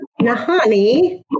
Nahani